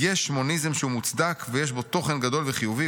'יש מוניזם שהוא מוצדק ויש בו תוכן גדול וחיובי,